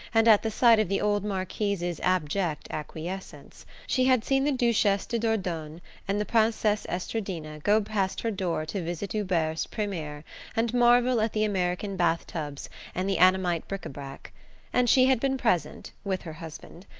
and at the sight of the old marquise's abject acquiescence she had seen the duchesse de dordogne and the princesse estradina go past her door to visit hubert's premier and marvel at the american bath-tubs and the annamite bric-a-brac and she had been present, with her husband,